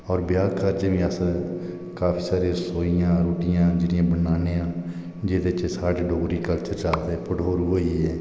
और ब्याह कारजे गी अस काफी सारे रसोइयां रुट्टिया जेहडियां बनान्ने आं जेहदे च साढ़ा डोगरी कल्चर साढ़ा जियां भठोरु होई गे